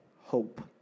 hope